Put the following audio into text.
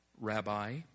Rabbi